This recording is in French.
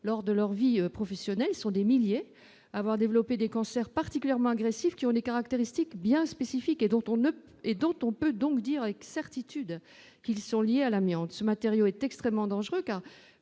lors de leur vie professionnelle sont des milliers à avoir développé des cancers particulièrement agressifs qui ont des caractéristiques bien spécifiques et dont on ne et dont on peut donc dire avec certitude qu'ils sont liés à l'amiante ce matériau est extrêmement dangereux car,